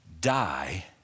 die